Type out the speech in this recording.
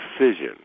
decision